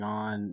on